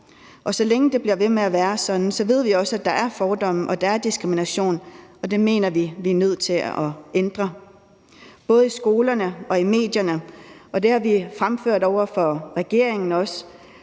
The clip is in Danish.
så længe det bliver ved med at være sådan, ved vi også, at der er fordomme og der er diskrimination, og det mener vi at vi er nødt til at ændre, både i skolerne og i medierne, og det har vi også fremført over for regeringen. Og